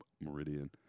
Meridian